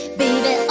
baby